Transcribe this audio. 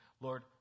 Lord